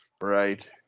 Right